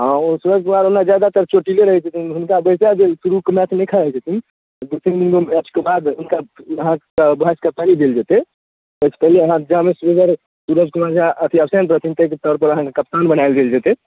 हँ ओ सूरज कुमार ओहिमे जादातर चोटिले रहै छथिन हुनका बैसा देब सुरू के मैच नहि खेलाइ छथिन दू तीन दिन मे मैचके बाद हुनका अहाँके भासि कप्तानी देल जेतै ओहिसऽ पहिले जाहिमे सूरज सूरज कुमार झा एबसेन्ट रहथिन ताहि के तौरपर अहाँके कप्तान बनाए देल जेतै